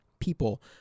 people